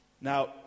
Now